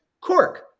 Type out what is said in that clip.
Cork